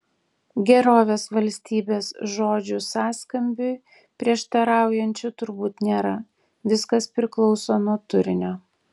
gerovės valstybės žodžių sąskambiui prieštaraujančių turbūt nėra viskas priklauso nuo turinio